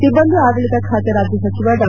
ಸಿಬ್ಬಂದಿ ಆಡಳಿತ ಖಾತೆ ರಾಜ್ಯ ಸಚಿವ ಡಾ